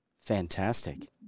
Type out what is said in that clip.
Fantastic